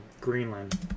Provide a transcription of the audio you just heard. Greenland